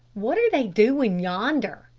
what are they doin' yonder?